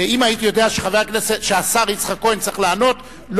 אם הייתי יודע שהשר יצחק כהן צריך לענות לא